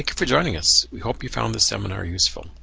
for joining us. we hope you found this seminar useful.